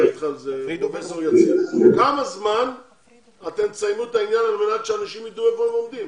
תוך כמה זמן אתם תסיימו את העניין על מנת שהאנשים ידעו היכן הם עומדים?